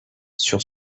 sur